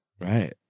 right